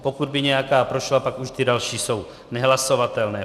Pokud by nějaká prošla, pak už ty další jsou nehlasovatelné.